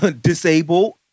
disabled